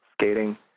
skating